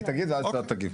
היא תגיד ואז אתה תגיב.